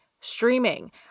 streaming